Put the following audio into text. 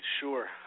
Sure